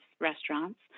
restaurants